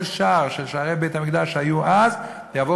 כל שער של שערי בית-המקדש שהיו אז יבוא